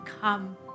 come